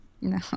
No